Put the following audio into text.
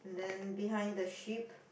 then behind the sheep